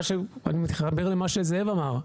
אני מתחבר למה שזאב אמר,